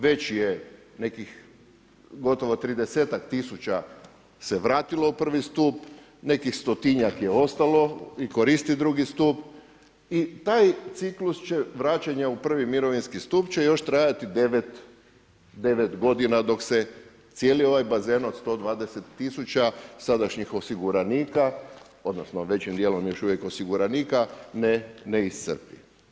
Već je nekih gotovo 30-ak tisuća se vratilo u prvi stup, nekih 100-tinjak je ostalo i koristi drugi stup i taj ciklus će vraćanja u prvi mirovinski stup će još trajati devet godina dok se cijeli ovaj bazen od 120 tisuća sadašnjih osiguranika, odnosno većim dijelom još uvijek osiguranika ne iscrpi.